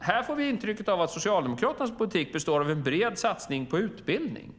Här får vi återigen intrycket att Socialdemokraternas politik består av en bred satsning på utbildning,